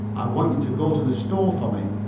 i want you to go to the store for me.